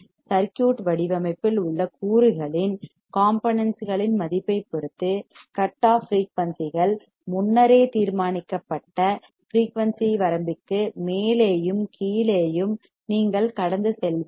circuit வடிவமைப்பில் உள்ள கூறுகளின் காம்போனென்ட்ஸ் களின் மதிப்பைப் பொறுத்து கட் ஆஃப் ஃபிரீயூன்சிகள் முன்னரே தீர்மானிக்கப்பட்ட ஃபிரீயூன்சி வரம்பிற்கு மேலேயும் கீழேயும் நீங்கள் கடந்து செல்வீர்கள்